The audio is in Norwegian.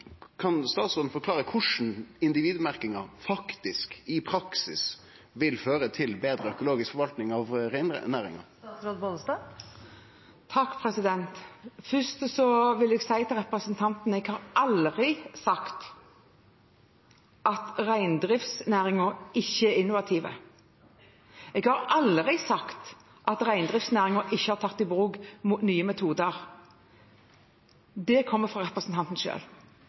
Kan statsråden forklare korleis individmerkinga faktisk i praksis vil føre til betre økologisk forvaltning av reindriftsnæringa? Først vil jeg si til representanten at jeg aldri har sagt at reindriftsnæringen ikke er innovativ. Jeg har aldri sagt at reindriftsnæringen ikke har tatt i bruk nye metoder. Det kommer fra representanten